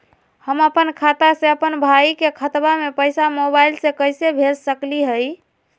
हम अपन खाता से अपन भाई के खतवा में पैसा मोबाईल से कैसे भेज सकली हई?